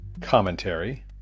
commentary